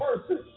person